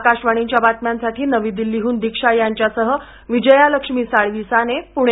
आकाशवाणीच्या बातम्यांसाठी नवी दिल्लीहून दिक्षा यांच्यासह विजयालक्ष्मी साळवी साने पुणे